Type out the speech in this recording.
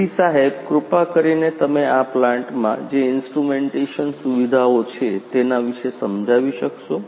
તેથી સાહેબ કૃપા કરીને તમે આ પ્લાન્ટમાં જે ઇન્સ્ટ્રુમેન્ટેશન સુવિધાઑ છે તેના વિશે સમજાવી શકશો